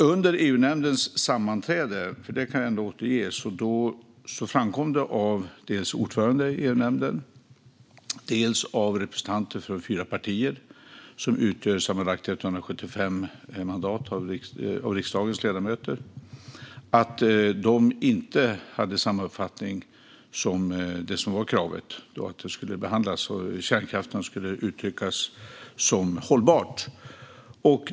Under EU-nämndens sammanträde - det kan jag ändå återge - framkom det dels av ordföranden i EU-nämnden, dels av representanter för fyra partier som utgör sammanlagt 175 mandat av riksdagens ledamöter att de inte hade samma uppfattning som det som var kravet, att kärnkraften skulle uttryckas som hållbar.